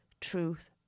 Truth